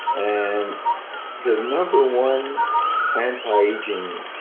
and the number one antiaging